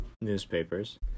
newspapers